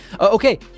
Okay